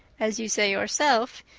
as you say yourself,